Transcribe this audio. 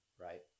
Right